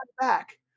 back